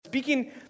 Speaking